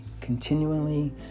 continually